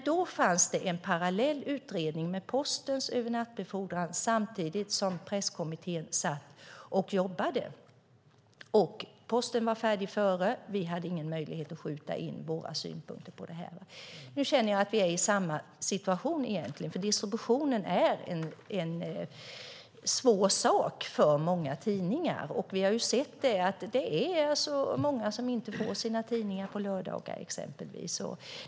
Då fanns det en parallell utredning med Postens övernattbefordran samtidigt som Presskommittén satt och jobbade. Posten var färdig tidigare, och vi hade inga möjligheter att skjuta in våra synpunkter. Nu känner jag att vi är i samma situation, för distributionen är en svår sak för många tidningar. Vi har sett att det exempelvis är många prenumeranter som inte får sin tidning på lördagar.